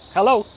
Hello